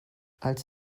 als